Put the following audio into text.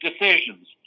decisions